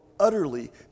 utterly